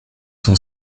son